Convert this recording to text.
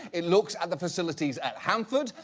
it looks at the facilities at hanford.